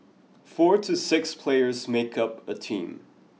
four to six players make up a team